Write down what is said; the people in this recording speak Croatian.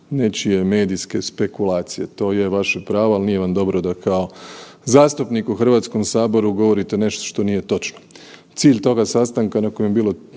nečije medijske spekulacije. To je vaše pravo, ali nije vam dobro da kao zastupnik u Hrvatskome saboru govorite nešto što nije točno. Cilj toga sastanka na kojem je bilo